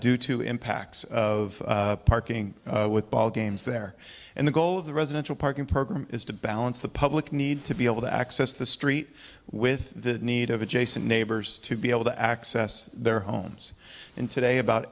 due to impacts of parking with ball games there and the goal of the residential parking program is to balance the public need to be able to access the street with the need of adjacent neighbors to be able to access their homes in today about